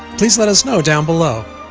please let us know down below